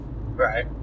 Right